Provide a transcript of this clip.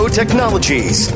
technologies